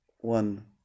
one